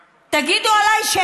תגידו עליי נאיבית.